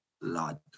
lot